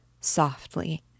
softly